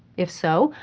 if so,